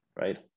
right